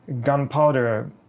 gunpowder